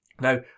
Now